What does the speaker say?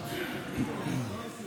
לתיקון פקודת האגודות